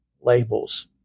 labels